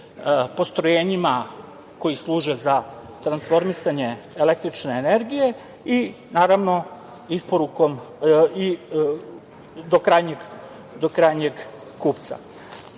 postrojenjima koji služe za transformisanje električne energije i naravno isporukom i do krajnjeg kupca. Kolege